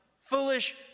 foolish